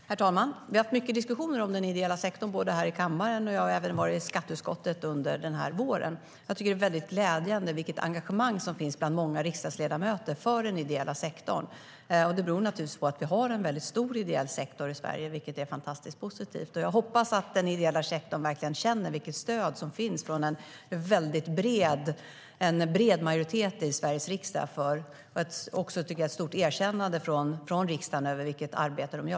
Herr talman! Vi har haft många diskussioner om den ideella sektorn här i kammaren, och jag har även varit i skatteutskottet under den här våren. Det är väldigt glädjande vilket engagemang som finns bland många riksdagsledamöter för den ideella sektorn. Det beror naturligtvis på att vi har en väldigt stor ideell sektor i Sverige, vilket är fantastiskt positivt. Jag hoppas att den ideella sektorn verkligen känner vilket stöd som finns från en bred majoritet i Sveriges riksdag. Det finns också ett stort erkännande från riksdagen för det arbete de gör.